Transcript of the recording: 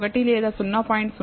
1 లేదా 0